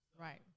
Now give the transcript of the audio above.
Right